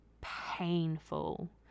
painful